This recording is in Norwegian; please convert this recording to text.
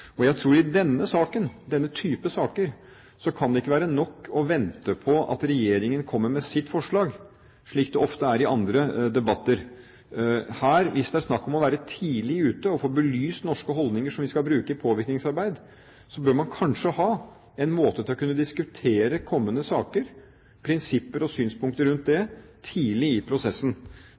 Jeg tror at i denne saken – og denne type saker – kan det ikke være nok å vente på at regjeringen kommer med sitt forslag, slik det ofte er i andre debatter. Hvis det her er snakk om å være tidlig ute og få belyst norske holdninger som vi skal bruke i påvirkningsarbeid, bør man kanskje ha en måte å kunne diskutere kommende saker på – prinsipper og synspunkter rundt dette – tidlig i prosessen.